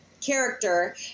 character